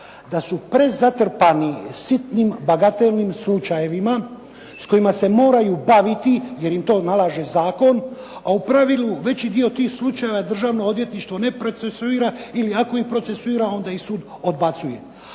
da su prezatrpani sitnim bagatelnim slučajevima sa kojima se moraju baviti jer im to nalaže zakon. A u pravilu veći dio tih slučajeva Državno odvjetništvo ne procesuira ili ako ih procesuira onda ih sud odbacuje.